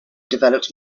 developed